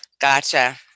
Gotcha